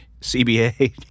CBA